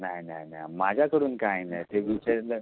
नाही नाही नाही माझ्याकडून काय नाही ते विसरलं